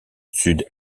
sud